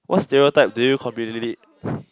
what stereotype do you completely